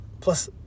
Plus